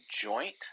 joint